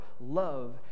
love